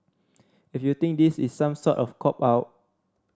if you think this is some sort of cop out